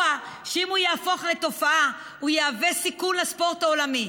אירוע שאם הוא יהפוך לתופעה הוא יהווה סיכון לספורט העולמי,